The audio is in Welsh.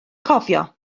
cofio